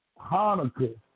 Hanukkah